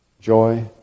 joy